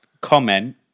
comment